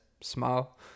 smile